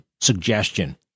suggestion